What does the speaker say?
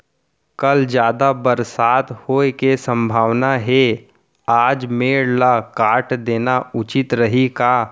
कल जादा बरसात होये के सम्भावना हे, आज मेड़ ल काट देना उचित रही का?